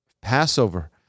Passover